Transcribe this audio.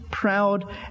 proud